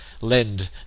Lend